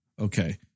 Okay